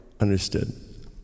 Understood